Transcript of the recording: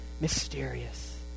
mysterious